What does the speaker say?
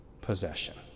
possession